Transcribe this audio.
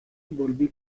volví